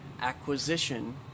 acquisition